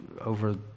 over